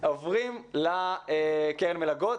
עוברים לקרן מלגות.